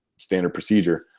standard procedure.